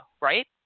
right